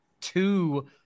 two